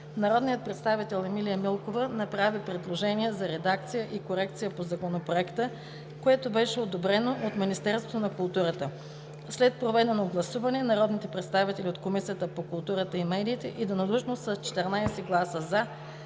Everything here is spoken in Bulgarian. Народният представител Емилия Милкова направи предложение за редакция и корекция по Законопроекта, което беше одобрено от Министерството на културата. След проведено гласуване народните представители от Комисията по културата и медиите единодушно с 14 гласа „за"